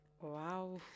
Wow